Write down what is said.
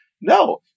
No